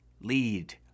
lead